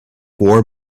four